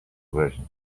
version